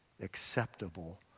acceptable